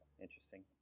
interesting